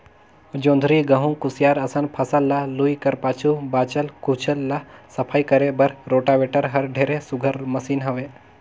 जोंधरी, गहूँ, कुसियार असन फसल ल लूए कर पाछू बाँचल खुचल ल सफई करे बर रोटावेटर हर ढेरे सुग्घर मसीन हवे